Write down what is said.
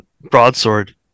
broadsword